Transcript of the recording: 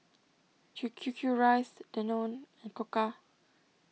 Q Q Q Rice Danone and Koka